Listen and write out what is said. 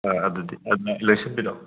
ꯑ ꯑꯗꯨꯗꯤ ꯂꯦꯡꯁꯤꯟꯕꯤꯔꯛꯑꯣ